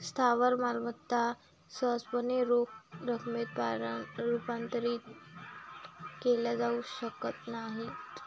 स्थावर मालमत्ता सहजपणे रोख रकमेत रूपांतरित केल्या जाऊ शकत नाहीत